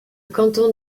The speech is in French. canton